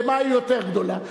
ובמה יותר גדולה,